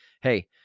Hey